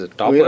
top